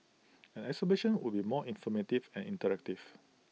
an exhibition would be more informative and interactive